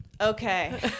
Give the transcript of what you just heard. Okay